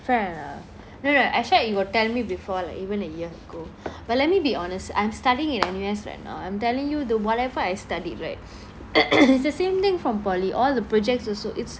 fair enough no no actually I you got tell me before like even a year ago but let me be honest I'm studying in N_U_S right now I'm telling you that whatever I studied right is the same thing from poly all the projects also it's